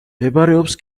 მდებარეობს